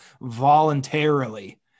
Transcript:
voluntarily